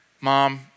mom